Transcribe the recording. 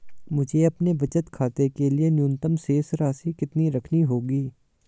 मुझे अपने बचत खाते के लिए न्यूनतम शेष राशि कितनी रखनी होगी?